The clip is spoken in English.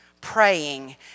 praying